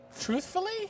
Truthfully